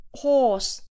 horse